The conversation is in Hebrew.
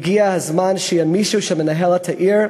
הגיע הזמן שיהיה מישהו שמנהל את העיר,